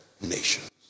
nations